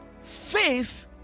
faith